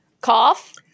cough